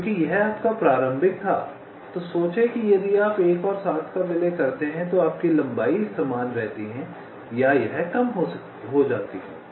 क्योंकि यह आपका प्रारंभिक था तो सोचें कि यदि आप 1 और 7 का विलय करते हैं तो आपकी लंबाई समान रहती है या यह कम हो जाती है